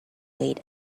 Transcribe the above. wait